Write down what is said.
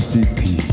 City